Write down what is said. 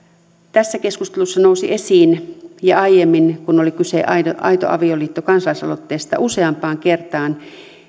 tässä keskustelussa nousi esiin ja myös aiemmin kun oli kyse aito avioliitto kansalaisaloitteesta useampaan kertaan